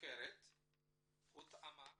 סוכרת הותאמה